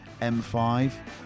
M5